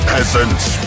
Peasants